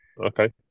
Okay